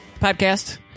podcast